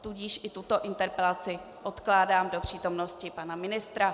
Tudíž i tuto interpelaci odkládám do přítomnosti pana ministra.